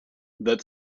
that